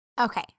Okay